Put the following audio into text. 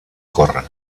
corre